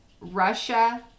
Russia